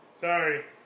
Sorry